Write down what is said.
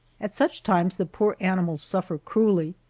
at such times the poor animals suffer cruelly.